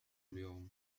اليوم